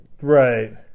Right